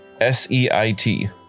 S-E-I-T